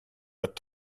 but